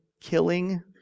killing